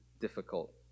difficult